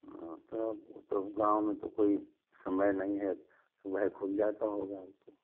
हाँ तब तब गाँव में तो कोई समय नहीं है सुबह खुल जाता होगा वह तो